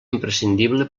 imprescindible